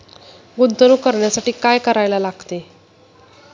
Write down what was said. गुंतवणूक करण्यासाठी काय करायला लागते?